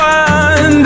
one